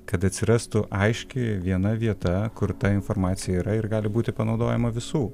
kad atsirastų aiški viena vieta kur ta informacija yra ir gali būti panaudojama visų